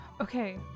Okay